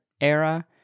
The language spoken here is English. era